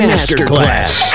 Masterclass